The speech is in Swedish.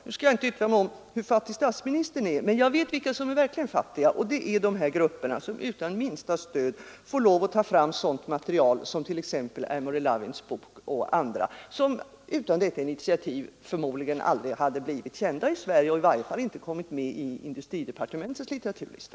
Nu skall jag inte yttra mig om hur fattig statsministern är. Men jag vet vilka som verkligen är fattiga, och det är de här grupperna som utan minsta stöd får lov att ta fram sådant material som Amory Lovins” bok och andra bäcker, vilka utan detta initiativ förmodligen aldrig hade blivit kända i Sverige och i varje fall inte kommit med i industridepartementets litteraturlista.